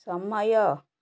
ସମୟ